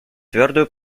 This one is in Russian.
твердую